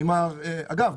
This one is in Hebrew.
אגב,